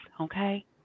okay